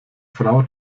frau